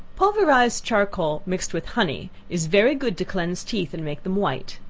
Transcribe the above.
pulverized charcoal mixed with honey, is very good to cleanse teeth, and make them white.